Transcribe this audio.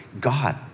God